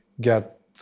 get